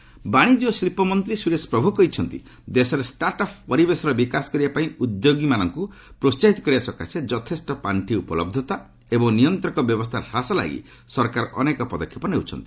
ପ୍ରଭୁ ବାଣିଜ୍ୟ ଓ ଶିଳ୍ପମନ୍ତ୍ରୀ ସୁରେଶ ପ୍ରଭୁ କହିଛନ୍ତି ଦେଶରେ ଷ୍ଟାର୍ଟ୍ ଅଫ୍ ପରିବେଶର ବିକାଶ କରିବା ପାଇଁ ଉଦ୍ୟୋଗୀମାନଙ୍କୁ ପ୍ରୋହାହିତ କରିବା ସକାଶେ ଯଥେଷ୍ଟ ପାର୍ଷି ଉପଲବ୍ଧତା ଏବଂ ନିୟନ୍ତ୍ରକ ବ୍ୟବସ୍ଥା ହ୍ରାସ ଲାଗି ସରକାର ଅନେକ ପଦକ୍ଷେପ ନେଉଛନ୍ତି